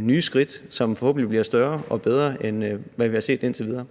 nye skridt, som forhåbentlig bliver større og bedre, end hvad vi har set indtil videre.